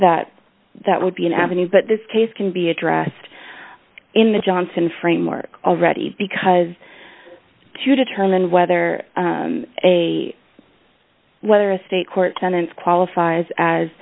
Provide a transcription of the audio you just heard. that that would be an avenue but this case can be addressed in the johnson framework already because to determine whether a whether a state court tenant qualifies